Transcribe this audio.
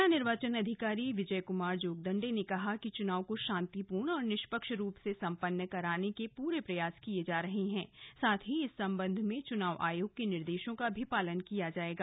जिला निर्वाचन अधिकारी विजय कुमार जोगदंडे ने कहा कि चुनाव को शांतिपूर्ण और निष्पक्ष रूप से पूर्ण कराने के पूरे प्रयास किये जा रहे है साथ ही इस सम्बंध में चुनाव आयोग के निर्देशों का भी पालन किया जाएगा